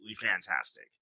fantastic